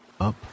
up